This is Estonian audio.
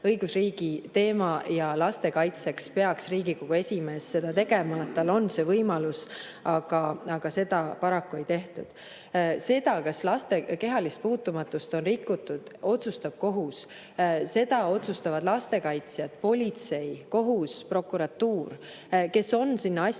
õigusriigi teema ja laste kaitseks peaks Riigikogu esimees seda tegema. Tal on see võimalus, aga seda paraku ei tehtud. Seda, kas laste kehalist puutumatust on rikutud, otsustab kohus. Seda otsustavad lastekaitsjad, politsei, kohus, prokuratuur, kes on seda asja